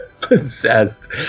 Possessed